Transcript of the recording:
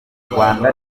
rwanda